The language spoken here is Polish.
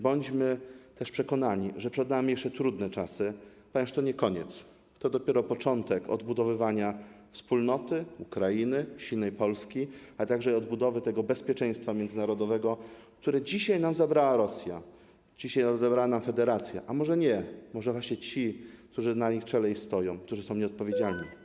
Bądźmy też przekonani, że przed nami są jeszcze trudne czasy, ponieważ to nie koniec, to jest dopiero początek odbudowywania wspólnoty, Ukrainy, silnej Polski, ale także odbudowy bezpieczeństwa międzynarodowego, które dzisiaj nam zabrała Rosja, odebrała nam Federacja, a może nie, może właśnie ci, którzy na jej czele stoją, którzy są nieodpowiedzialni.